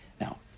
Now